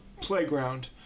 playground